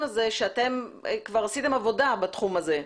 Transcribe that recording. הזה שאתם כבר עשיתם עבודה בתחום הזה,